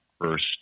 first